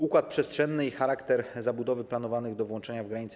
Układ przestrzenny i charakter zabudowy planowanych do włączenia w granice